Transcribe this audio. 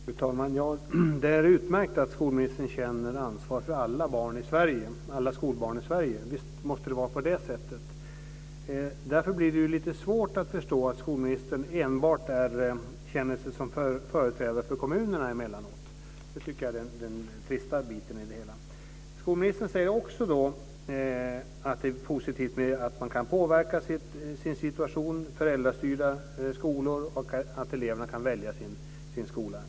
Fru talman! Det är utmärkt att skolministern känner ansvar för alla skolbarn i Sverige. Visst måste det vara på det sättet. Därför blir det lite svårt att förstå att skolministern emellanåt enbart känner sig som företrädare för kommunerna. Det tycker jag är den trista biten i det hela. Skolministern säger också att det är positivt att man kan påverka sin situation. Det finns föräldrastyrda skolor, och eleverna kan välja sin skola.